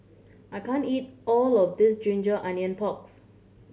I can't eat all of this ginger onion porks